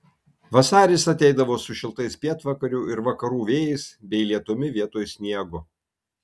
vasaris ateidavo su šiltais pietvakarių ir vakarų vėjais bei lietumi vietoj sniego